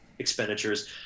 expenditures